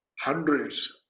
hundreds